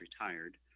retired